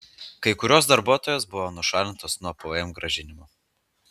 kai kurios darbuotojos buvo nušalintos nuo pvm grąžinimų